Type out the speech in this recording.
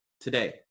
today